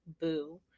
boo